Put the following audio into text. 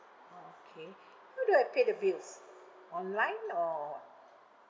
okay how do I pay the bills online or what